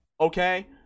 Okay